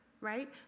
right